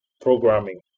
programming